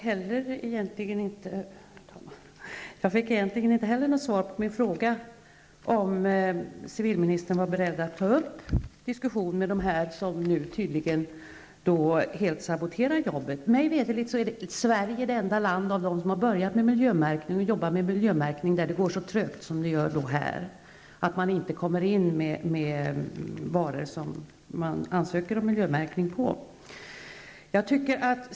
Herr talman! Inte heller jag fick något svar på min fråga om civilministern var beredd att ta upp en diskussion med dem som nu tydligen saboterar jobbet. Mig veterligt är Sverige det enda land bland de länder som har börjat med miljömärkning och jobbar med miljömärkning där det går så trögt. Man kommer inte in med varor som man ansöker om miljömärkning på.